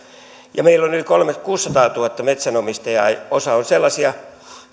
meillä on yli kuusisataatuhatta metsänomistajaa ja osa on sellaisia